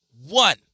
One